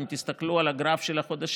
אם תסתכלו על הגרף של החודשים,